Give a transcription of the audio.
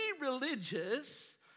religious